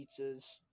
pizzas